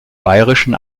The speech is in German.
bayerischen